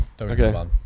Okay